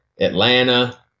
Atlanta